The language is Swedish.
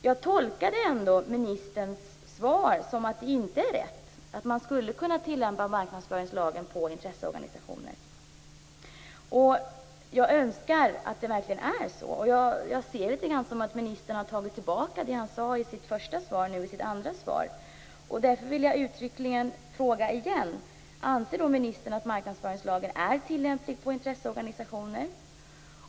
Jag tolkade faktiskt ministerns svar som att det inte är rätt, att man skulle kunna tillämpa marknadsföringslagen på intresseorganisationer. Jag önskar att det verkligen vore så, men jag ser det som att ministern i sitt andra svar tog tillbaka det han sade i sitt första svar. Därför vill jag uttryckligen fråga igen: Anser ministern att marknadsföringslagen är tillämplig på intresseorganisationer?